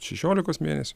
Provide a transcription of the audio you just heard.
šešiolikos mėnesių